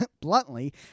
bluntly